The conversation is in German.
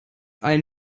ein